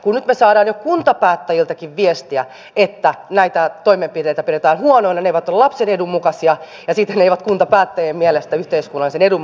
kun me nyt saamme jo kuntapäättäjiltäkin viestiä että näitä toimenpiteitä pidetään huonoina ne eivät ole lapsen edun mukaisia ja siten ne eivät kuntapäättäjien mielestä ole yhteiskunnallisen edun mukaisia